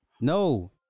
no